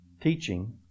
teaching